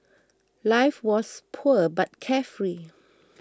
life was poor but carefree